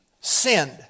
sinned